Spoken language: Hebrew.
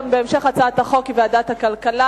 בהמשך חקיקת הצעת החוק היא ועדת הכלכלה.